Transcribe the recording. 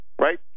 Right